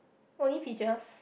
only peaches